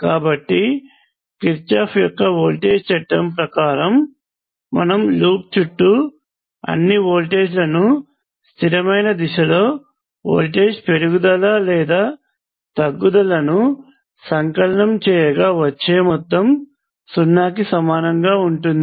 కాబట్టి కిర్చోఫ్ యొక్క వోల్టేజ్ చట్టం ప్రకారము మనము లూప్ చుట్టూ అన్ని వోల్టేజ్లను స్థిరమైన దిశలో వోల్టేజ్ పెరుగుదల లేదా తగ్గుదలను సంకలనం చేయగా వచ్చే మొత్తం 0 కి సమానంగా ఉంటుంది